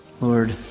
Lord